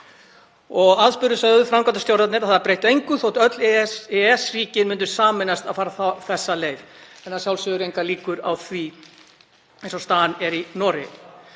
Aðspurðir sögðu framkvæmdastjórarnir að það breytti engu þótt öll EES-ríkin myndu sameinast um að fara þessa leið, en að sjálfsögðu eru engar líkur á því eins og staðan er í Noregi.